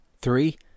three